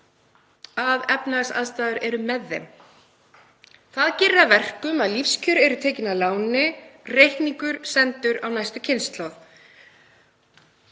að efnahagsaðstæður eru með henni. Það gerir að verkum að lífskjör eru tekin að láni, reikningur sendur á næstu kynslóð.